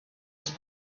his